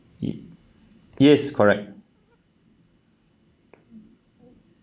ye~ yes correct